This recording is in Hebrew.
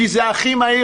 כי זה הכי מהיר.